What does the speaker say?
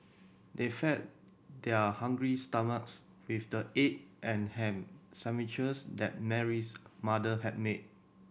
they fed their hungry stomachs with the egg and ham sandwiches that Mary's mother had made